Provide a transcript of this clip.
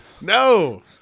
No